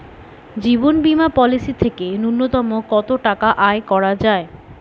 জীবন বীমা পলিসি থেকে ন্যূনতম কত টাকা আয় করা যায়?